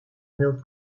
wilt